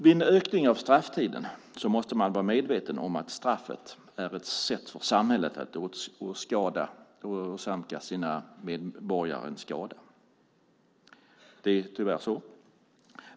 Vid en ökning av strafftiden måste man vara medveten om att straffet är ett sätt för samhället att åsamka sina medborgare en skada. Det är tyvärr så.